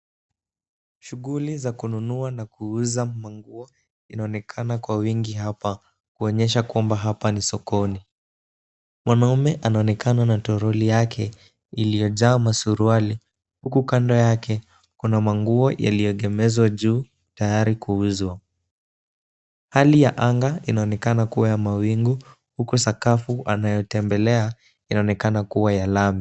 Shughuli za kununua na kuuza manguo inaonekana kwa wingi hapa kuonyesha kwamba hapa ni sokoni. Mwanaume anaonekana na toroli yake iliyojaa masuruali huku kando yake kuna manguo yaliyoegemezwa juu tayari kuuzwa. Hali ya anga inaonekana kuwa ya mawingu huku sakafu anayotembelea inaonekana kuwa ya lami.